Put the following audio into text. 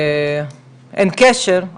אין קשר בכלל,